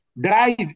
Drive